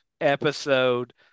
episode